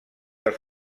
els